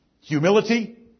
Humility